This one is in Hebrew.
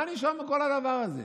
מה נשאר מכל הדבר הזה?